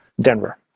Denver